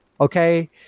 Okay